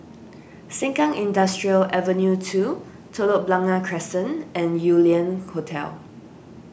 Sengkang Industrial Ave two Telok Blangah Crescent and Yew Lian Hotel